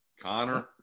Connor